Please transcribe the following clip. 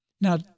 Now